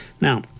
Now